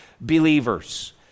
believers